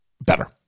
better